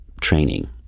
training